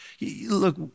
Look